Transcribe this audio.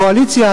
הקואליציה,